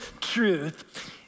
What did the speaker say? truth